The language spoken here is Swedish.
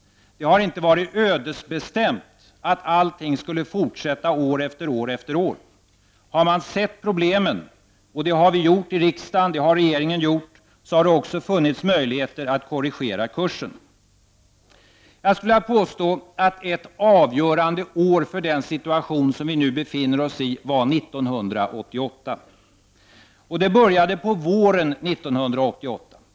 Det har inte varit ödesbestämt att allting skulle fortsätta år efter år efter år. Har man sett problemen — det har vi gjort i riksdagen, och det har regeringen gjort — så har det också funnits möjligheter att korrigera kursen. Jag skulle vilja påstå att ett avgörande år för den situation som vi nu befinner oss i var 1988. Det började på våren 1988.